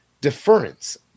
deference